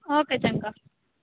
okay ਚੰਗਾ